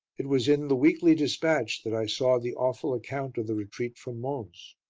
it was in the weekly dispatch that i saw the awful account of the retreat from mons.